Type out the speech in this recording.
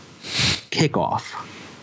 kickoff